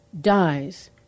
dies